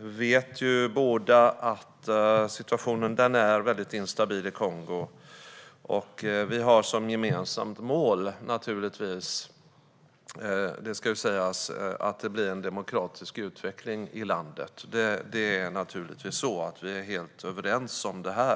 vet båda att situationen i Kongo är instabil. Vi har som gemensamt mål att det ska bli en demokratisk utveckling i landet. Det är vi såklart helt överens om.